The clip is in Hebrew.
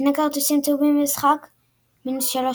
שני כרטיסים צהובים במשחק – 3- נקודות.